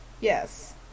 Yes